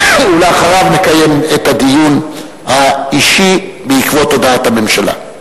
ואחריו נקיים את הדיון האישי בעקבות הודעת הממשלה.